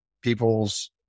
people's